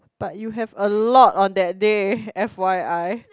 but you have a lot on that day f_y_i